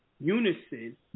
unison